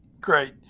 Great